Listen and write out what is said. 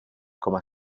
coma